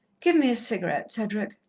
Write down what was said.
give me a cigarette, cedric.